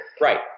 Right